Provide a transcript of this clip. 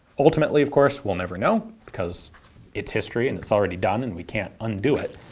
ultimately, of course, we'll never know because it's history and it's already done and we can't undo it.